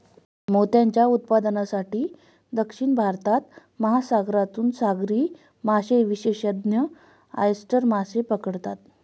मोत्यांच्या उत्पादनासाठी, दक्षिण भारतात, महासागरातून सागरी मासेविशेषज्ञ ऑयस्टर मासे पकडतात